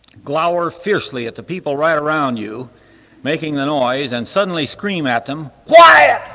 glower fiercely at the people right around you making the noise and suddenly scream at them, quiet.